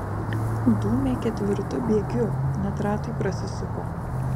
dūmė ketvirtu bėgiu net ratai prasisuko